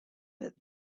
but